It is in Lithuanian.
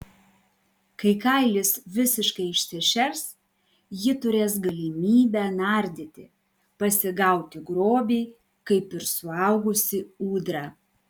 kai kailis visiškai išsišers ji turės galimybę nardyti pasigauti grobį kaip ir suaugusi ūdra